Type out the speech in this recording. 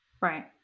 right